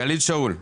בבקשה, גלית שאול,